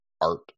art